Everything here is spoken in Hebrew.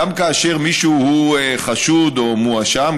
גם כאשר מישהו הוא חשוד או מואשם,